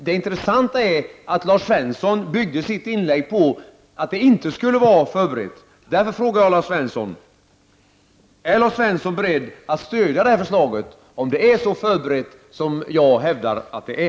Det intressanta är att Lars Svensson byggde sitt inlägg på att detta förslag inte skulle vara förberett. Är Lars Svensson beredd att stödja det här förslaget om det är så förberett som jag hävdar att det är?